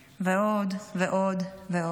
ועוד ועוד ועוד.